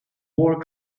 war